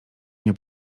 nie